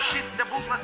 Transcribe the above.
šis stebuklas